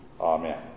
amen